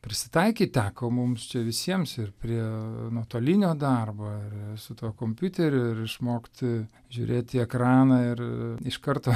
prisitaikyt teko mums čia visiems ir prie nuotolinio darbo ir su tuo kompiuteriu ir išmokti žiūrėt į ekraną ir iš karto